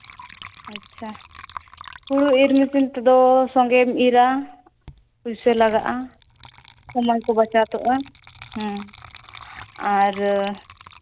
ᱟᱪᱪᱷᱟ ᱦᱩᱲᱩ ᱤᱨ ᱢᱮᱹᱥᱤᱱ ᱛᱮᱫᱚ ᱥᱚᱸᱜᱮᱢ ᱤᱨᱼᱟ ᱯᱩᱭᱥᱟᱹ ᱞᱟᱜᱟᱜᱼᱟ ᱚᱱᱟ ᱠᱚ ᱵᱟᱪᱷᱟᱛᱚᱜᱼᱟ ᱦᱮᱸ ᱟᱨ